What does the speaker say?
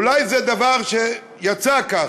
אולי זה דבר שיצא כך,